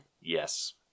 Yes